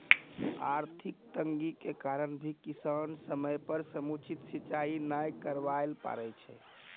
आर्थिक तंगी के कारण भी किसान समय पर समुचित सिंचाई नाय करवाय ल पारै छै